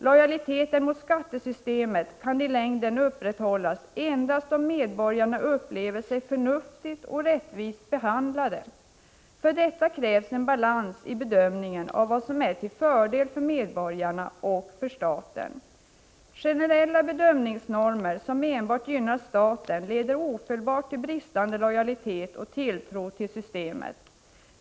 Lojaliteten mot skattesystemet kan i längden upprätthållas endast om medborgarna upplever sig förnuftigt och rättvist behandlade. För detta krävs en balans i bedömningen av vad som är till fördel för medborgarna och vad som är till fördel för staten. Generella bedömningsnormer som enbart gynnar staten leder ofelbart till bristande lojalitet och bristande tilltro till systemet.